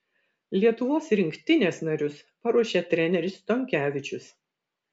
lietuvos rinktinės narius paruošė treneris stonkevičius